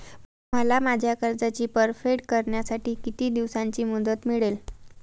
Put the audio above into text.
मला माझ्या कर्जाची परतफेड करण्यासाठी किती दिवसांची मुदत मिळेल?